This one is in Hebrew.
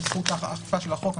בזכות האכיפה של החוק.